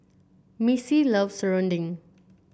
Missy loves serunding